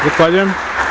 Zahvaljujem.